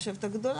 אני חושבת,